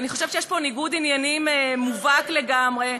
ואני חושבת שיש פה ניגוד עניינים מובהק לגמרי,